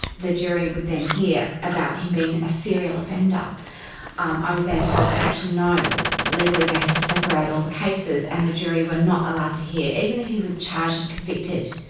the jury would then hear about him being a serial offender. then um i was then told that actually no, legally they had to separate all the cases, and the jury were not allowed to hear, even if he was charged and convicted,